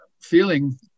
feeling